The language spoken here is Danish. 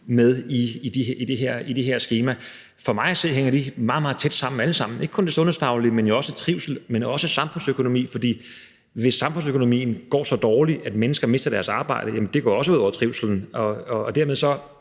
med i det her skema. For mig at se hænger de meget, meget tæt sammen alle sammen, ikke kun det sundhedsfaglige, men også trivsel og samfundsøkonomien. For hvis samfundsøkonomien går så dårligt, at mennesker mister deres arbejde, så går det også ud over trivslen, og dermed